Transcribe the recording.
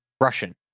Russian